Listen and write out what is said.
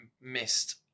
missed